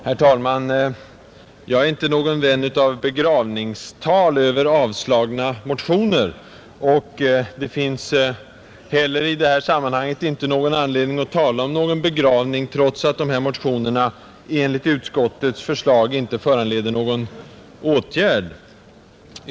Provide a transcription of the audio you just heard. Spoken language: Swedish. Herr talman! Jag är inte någon vän av begravningstal över avstyrkta motioner, och det finns i det här sammanhanget heller inte anledning att tala om någon begravning, trots att motionerna enligt utskottets förslag inte föranleder någon riksdagens åtgärd.